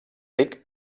ric